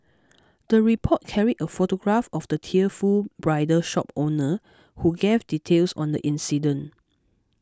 the report carried a photograph of the tearful bridal shop owner who gave details on the incident